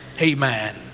amen